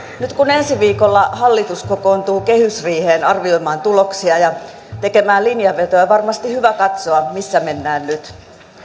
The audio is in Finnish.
kun ensi viikolla hallitus kokoontuu kehysriiheen arvioimaan tuloksia ja tekemään linjanvetoja on varmasti hyvä katsoa missä mennään nyt